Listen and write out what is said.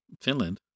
Finland